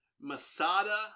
Masada